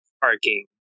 parking